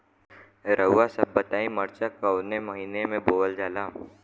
रउआ सभ बताई मरचा कवने महीना में बोवल जाला?